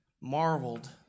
Marveled